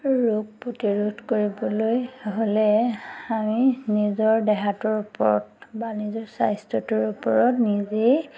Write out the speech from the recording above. ৰোগ প্ৰতিৰোধ কৰিবলৈ হ'লে আমি নিজৰ দেহাটোৰ ওপৰত বা নিজৰ স্বাস্থ্যটোৰ ওপৰত নিজেই